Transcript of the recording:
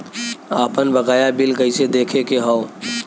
आपन बकाया बिल कइसे देखे के हौ?